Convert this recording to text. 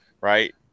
right